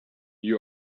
you